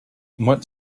what